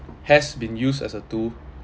has been used as a tool